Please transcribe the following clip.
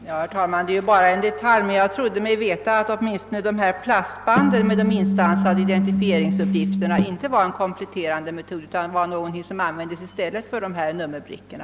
Herr talman! Det är bara en detalj, men jag trodde mig veta att åtminstone plastbanden med de instansade iden tifieringsuppgifterna inte var en kompletterande metod utan någonting som användes i stället för nummerbrickorna.